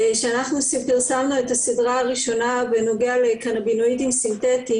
כשאנחנו פרסמנו את הסדרה הראשונה בנוגע לקנבינואידים סינתטיים,